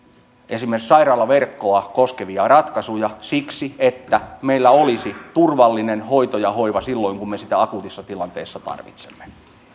esimerkiksi sairaalaverkkoa koskevia ratkaisuja siksi että meillä olisi turvallinen hoito ja hoiva silloin kun me sitä akuutissa tilanteessa tarvitsemme